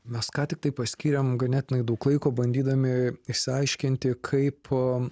mes ką tik paskyrėm ganėtinai daug laiko bandydami išsiaiškinti kaip